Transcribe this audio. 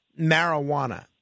marijuana